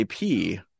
IP